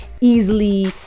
easily